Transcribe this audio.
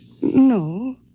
No